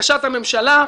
לבקשת הממשלה,